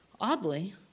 Oddly